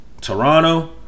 Toronto